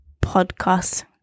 podcast –